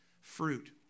fruit